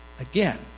again